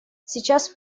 сейчас